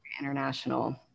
international